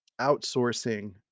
outsourcing